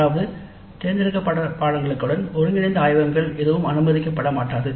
அதாவது தேர்ந்தெடுக்கப்பட்ட பாடநெறிகளுடன் ஒருங்கிணைந்த ஆய்வகங்கள் எதுவும் அனுமதிக்கப்பட மாட்டாது